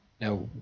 Now